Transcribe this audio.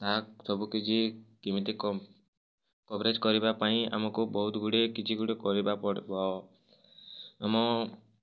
ଏହା ସବୁ କିଛି କେମିତି କଭରେଜ୍ କରିବା ପାଇଁ ଆମକୁ ବହୁତଗୁଡ଼ିଏ କିଛି ଗୋଟେ କରିବା ପଡ଼ିବ ଆମ